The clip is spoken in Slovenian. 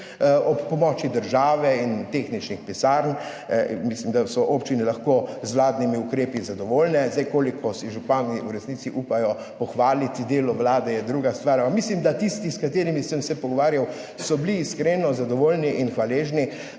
ob pomoči države in tehničnih pisarn. Mislim, da so občine lahko z vladnimi ukrepi zadovoljne. Koliko si župani v resnici upajo pohvaliti delo vlade, je druga stvar, ampak mislim, da so bili tisti, s katerimi sem se pogovarjal, iskreno zadovoljni in hvaležni,